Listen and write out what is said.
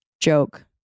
joke